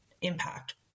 impact